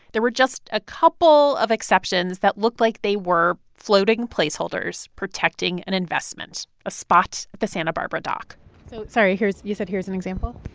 there were just a couple of exceptions that looked like they were floating placeholders protecting an investment, a spot at the santa barbara dock so sorry. you said here's an example.